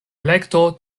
elekto